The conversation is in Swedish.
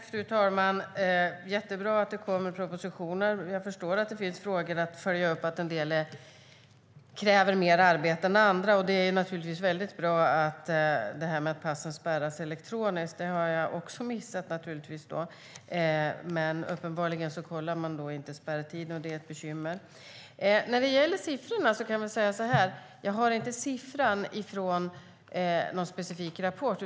Fru talman! Det är bra att det kommer propositioner. Jag förstår att det finns frågor att följa upp och att en del frågor kräver mer arbete än andra. Det är förstås bra att passen spärras elektroniskt. Det har jag missat. Uppenbarligen kollar inte alla mot spärrlistorna, vilket är ett bekymmer. När det gäller siffran har jag den inte från någon specifik rapport.